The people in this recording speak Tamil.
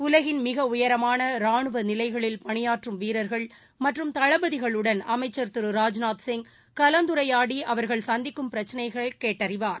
உலகின் மிக உயரமான ராணுவ நிலைகளில் பணியாற்றம் வீரர்கள் மற்றம் தளபதிகளுடன் அமைச்சர் திரு ராஜ்நாத் சிங் கலந்துரையாடி அவர்கள் சந்திக்கும் பிரச்சனைகளை கேட்டறிவார்